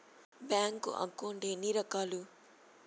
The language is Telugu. బ్యాంకు అకౌంట్ ఎన్ని రకాలు